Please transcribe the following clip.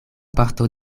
parto